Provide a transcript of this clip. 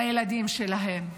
לילדים שלהם.